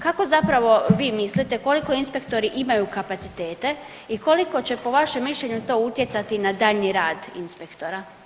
Kako zapravo vi mislite, koliko inspektori imaju kapacitete i koliko će po vašem mišljenju to utjecati na daljnji rad inspektora?